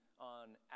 on